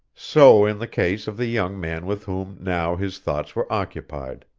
so in the case of the young man with whom now his thoughts were occupied.